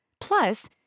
Plus